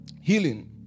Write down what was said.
healing